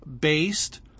based